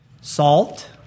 salt